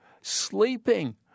sleeping